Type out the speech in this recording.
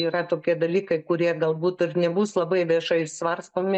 yra tokie dalykai kurie galbūt ir nebus labai viešai svarstomi